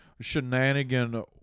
shenanigan